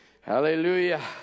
Hallelujah